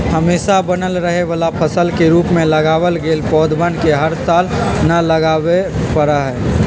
हमेशा बनल रहे वाला फसल के रूप में लगावल गैल पौधवन के हर साल न लगावे पड़ा हई